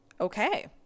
okay